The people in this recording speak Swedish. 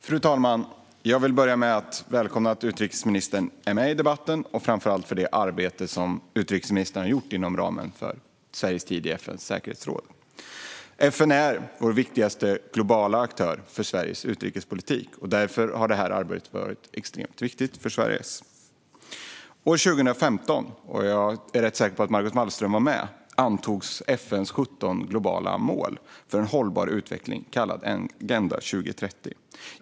Fru talman! Jag vill börja med att välkomna att utrikesministern är med i debatten och framför allt det arbete som utrikesministern har gjort inom ramen för Sveriges tid i FN:s säkerhetsråd. FN är vår viktigaste globala aktör för Sveriges utrikespolitik. Därför har det här arbetet varit extremt viktigt för Sverige. År 2015, då jag är rätt säker på att Margot Wallström var med, antogs FN:s 17 globala mål för en hållbar utveckling, kallad Agenda 2030.